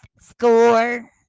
score